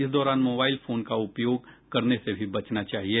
इस दौरान mobile phone का उपयोग करने से भी बचना चाहिए